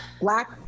black